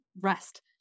rest